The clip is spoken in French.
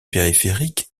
périphériques